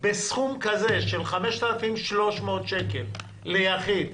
בסכום כזה, של 5,300 שקל ליחיד,